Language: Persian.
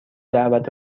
دعوت